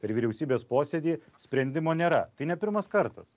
ir vyriausybės posėdyje sprendimo nėra tai ne pirmas kartas